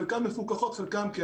חלקן מפוקחות חלקן לא,